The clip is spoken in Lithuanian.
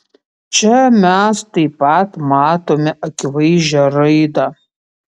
čia mes taip pat matome akivaizdžią raidą